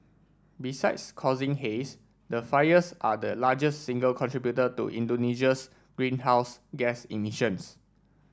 besides causing haze the fires are the largest single contributor to Indonesia's greenhouse gas emissions